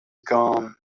gone